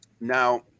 now